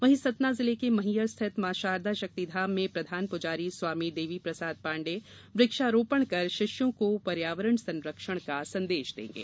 वहीं सतना जिले के मैहर स्थित मॉ शारदा शक्तिधाम में प्रधान पुजारी स्वामी देवीप्रसाद पाण्डे वृक्षारोपण कर शिष्यों को पर्यावरण संरक्षण का संदेश देंगे